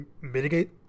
mitigate